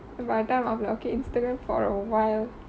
and by the time of the okay instagram for awhile